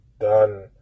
done